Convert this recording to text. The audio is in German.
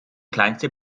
kleinste